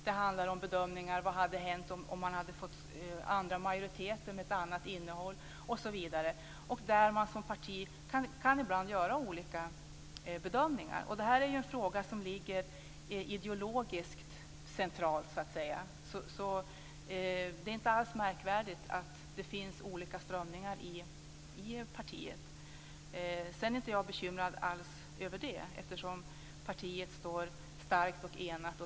Det handlar om bedömningar av vad som hade hänt om det hade blivit andra majoriteter med ett annat innehåll osv. Ibland kan man som parti göra olika bedömningar. Det här är en ideologiskt central fråga. Det är inte alls märkvärdigt att det finns olika strömningar i partiet. Jag är inte alls bekymrad över det, eftersom partiet står starkt och enat.